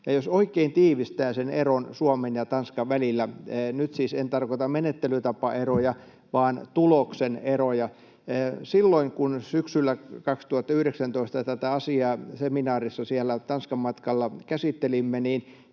Jos oikein tiivistää sen eron Suomen ja Tanskan välillä — nyt siis en tarkoita menettelytapaeroja, vaan tuloksen eroja — niin silloin, kun syksyllä 2019 tätä asiaa seminaarissa siellä Tanskan-matkalla käsittelimme,